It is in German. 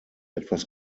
etwas